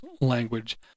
language